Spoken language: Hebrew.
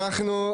אנחנו,